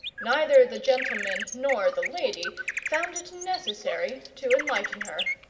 neither the gentleman nor the lady found it necessary to enlighten her.